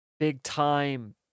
big-time